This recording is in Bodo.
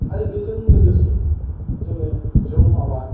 आरो बेजों लोगोसे जोङो जुम आबाद